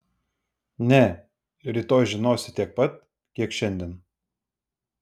ne rytoj žinosi tiek pat kiek šiandien